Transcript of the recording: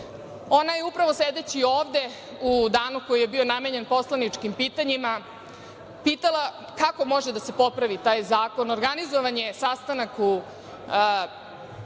je upravo sedeći ove u danu koji je bio namenjen poslaničkim pitanjima pitala kako može da se popravi taj zakon. Organizovan je sastanak u Vladi